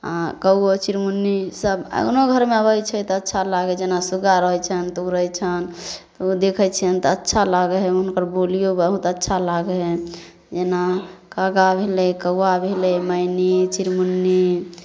आ कौओ चिरमुन्नी सभ ओहुनो घरमे अबै छै तऽ अच्छा लागै जेना सुग्गा रहै छैनि तऽ उड़ै छैनि तऽ ओ देखै छियनि तऽ अच्छा लागै हइ हुनकर बोलियो बहुत अच्छा लागै हइ जेना कागा भेलै कौआ भेलै मैनी चिरमुन्नी